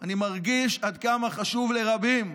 אני מרגיש עד כמה חשוב לרבים,